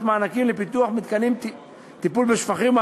מענקים לפיתוח מתקני טיפול בשפכים,